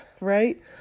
right